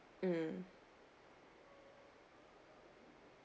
mm